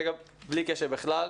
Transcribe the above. בלי קשר בכלל,